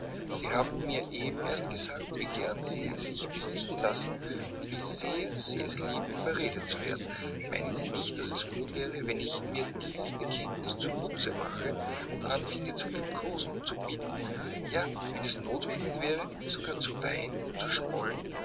sie haben mir eben erst gesagt wie gern sie sich besiegen lassen und wie sehr sie es lieben überredet zu werden meinen sie nicht daß es gut wäre wenn ich mir dies bekenntnis zu nutze machte und anfinge zu liebkosen zu bitten ja wenn es notwendig wäre sogar zu weinen und zu schmollen